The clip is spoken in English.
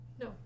No